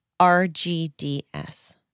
RGDS